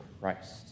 Christ